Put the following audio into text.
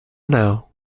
now